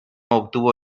obtuvo